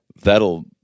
that'll